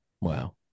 Wow